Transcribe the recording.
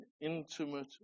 intimate